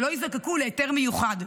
שלא יזדקקו להיתר מיוחד,